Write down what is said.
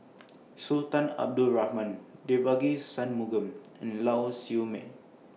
Sultan Abdul Rahman Devagi Sanmugam and Lau Siew Mei